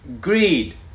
greed